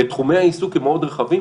ותחומי העיסוק הם מאוד רחבים.